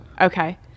Okay